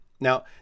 Now